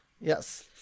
Yes